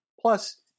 Plus